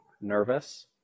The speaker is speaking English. nervous